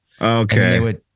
Okay